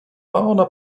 ona